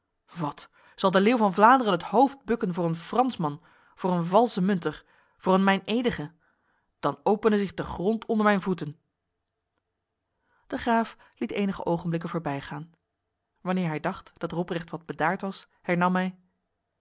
wat zal de leeuw van vlaanderen het hoofd bukken voor een fransman voor een valsemunter voor een meinedige dan opene zich de grond onder mijn voeten de graaf liet enige ogenblikken voorbijgaan wanneer hij dacht dat robrecht wat bedaard was hernam hij